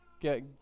get